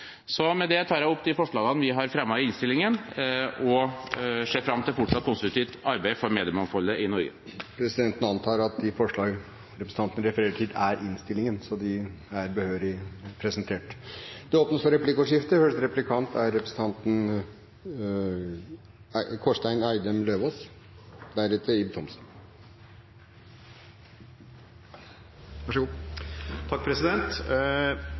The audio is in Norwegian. Med det tar jeg opp de forslagene vi har fremmet i innstillingen og ser fram til fortsatt konstruktivt arbeid for mediemangfoldet i Norge. Presidenten antar at de forslag representanten Arild Grande refererer til, er innstillingen, så de er behørig presentert. Det blir replikkordskifte. På samme måte som at representanten